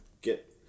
Get